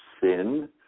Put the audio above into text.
sin